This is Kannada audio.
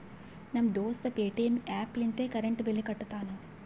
ನಮ್ ದೋಸ್ತ ಪೇಟಿಎಂ ಆ್ಯಪ್ ಲಿಂತೆ ಕರೆಂಟ್ ಬಿಲ್ ಕಟ್ಟತಾನ್